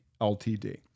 LTD